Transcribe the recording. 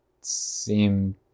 seem